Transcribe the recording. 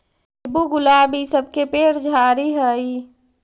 नींबू, गुलाब इ सब के पेड़ झाड़ि हई